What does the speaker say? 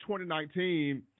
2019